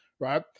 right